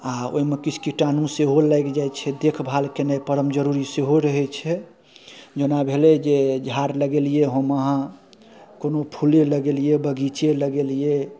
आहा ओइमे किछ किटाणु सेहो लागि जाइ छै देख भाल केनाइ परम जरूरी सेहो रहै छै जैमे भेलै जे झाड़ लगेलियै हम आहाँ कोनो फूले लगेलियै बगीचे लगेलियै